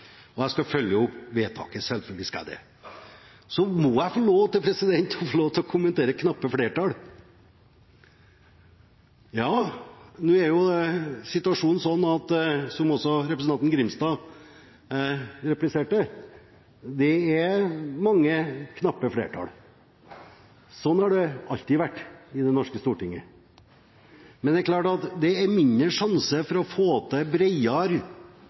er jeg veldig fornøyd med. Jeg skal følge opp vedtaket – selvfølgelig skal jeg det. Så må jeg få lov til å kommentere det med knappe flertall. Ja, nå er situasjonen den, som også representanten Grimstad repliserte, at det er mange knappe flertall. Slik har det alltid vært i det norske stortinget. Men det er klart at det er mindre sjanse for å få til